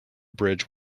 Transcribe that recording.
bridge